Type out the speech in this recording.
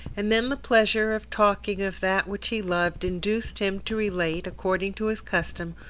and then the pleasure of talking of that which he loved induced him to relate, according to his custom,